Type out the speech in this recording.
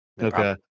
Okay